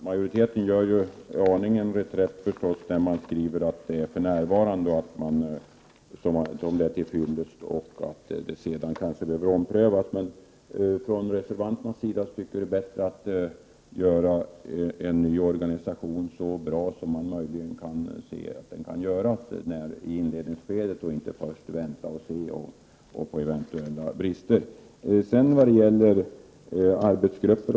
Herr talman! Genom att använda uttryck som ”för närvarande” gör ju majoriteten en antydan till reträtt. Från reservanternas sida tycker vi att det är bättre att göra en ny organisation så bra som möjligt i inledningsskedet än att vänta och se om det uppstår eventuella brister.